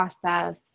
process